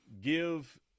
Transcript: Give